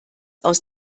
aus